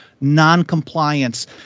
noncompliance